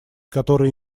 которые